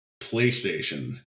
PlayStation